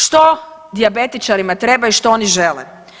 Što dijabetičarima treba i što oni žele?